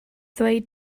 ddweud